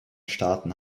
staaten